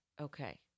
Okay